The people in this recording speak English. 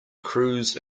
cruise